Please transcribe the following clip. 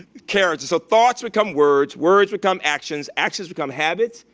caring. so thoughts become words, words become actions, actions become habits,